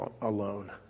alone